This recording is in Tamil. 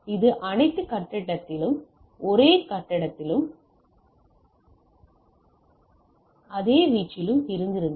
இது அனைத்து கட்டத்திலும் ஒரே கட்டத்திலும் அதே வீச்சிலும் இருந்திருந்தால்